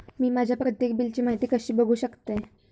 मी माझ्या प्रत्येक बिलची माहिती कशी बघू शकतय?